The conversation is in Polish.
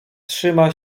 trzyma